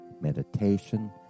meditation